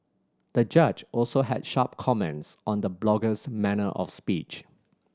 the judge also had sharp comments on the blogger's manner of speech